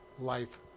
life